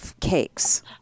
cakes